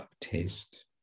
taste